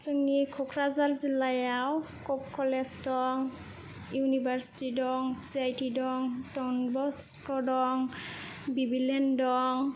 जोंनि क'क्राझार जिलायाव कक कलेज दं इउनिभारसिटि दं सि आइ टि दं दन बस्क दं बिबिलियन दं